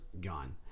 Gone